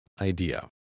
idea